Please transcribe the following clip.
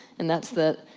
and that's that,